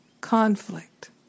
conflict